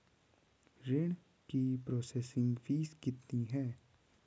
ऋण की processing fee कितनी है?